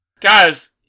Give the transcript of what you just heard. Guys